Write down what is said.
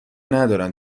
ندارن